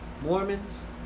Mormons